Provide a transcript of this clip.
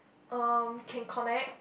erm can connect